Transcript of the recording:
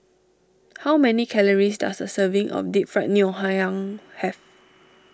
how many calories does a serving of Deep Fried Ngoh Hiang have